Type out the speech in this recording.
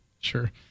Sure